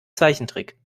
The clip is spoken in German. zeichentrick